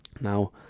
Now